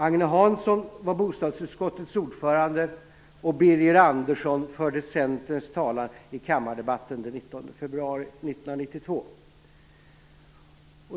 Agne Hansson var bostadsutskottets ordförande, och Birger Andersson förde Centerns talan i kammardebatten den 19 februari 1992.